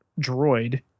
droid